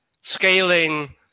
scaling